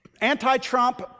anti-Trump